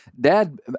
Dad